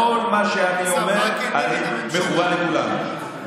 כל מה שאני אומר מכוון לכולם.